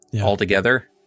altogether